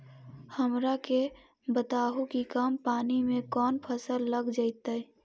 हमरा के बताहु कि कम पानी में कौन फसल लग जैतइ?